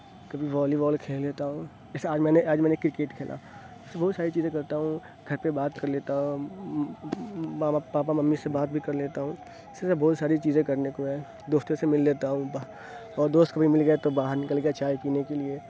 کبھی volleyball کھیل لیتا ہوں جیسے آج میں نے آج میں نے کرکٹ کھیلا ایسے بہت ساری چیزیں کرتا ہوں گھر پہ بات کر لیتا ہوں بابا پاپا ممی سے بات بھی کر لیتا ہوں اس طرح بہت ساری چیزیں کرنے کو ہے دوستوں سے مل لیتا ہوں اور دوست کبھی مل گیا تو باہر نکل گیا چائے پینے کے لیے